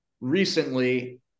recently